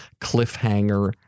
Cliffhanger